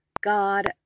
God